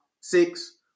six